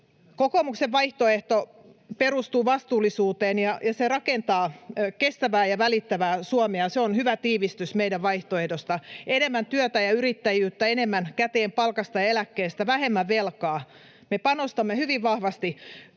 Kokoomuksen vaihtoehto perustuu vastuullisuuteen ja rakentaa kestävää ja välittävää Suomea. Se on hyvä tiivistys meidän vaihtoehdostamme. Enemmän työtä ja yrittäjyyttä, enemmän käteen palkasta ja eläkkeestä ja vähemmän velkaa. Me panostamme hyvin vahvasti koulutukseen